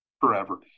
forever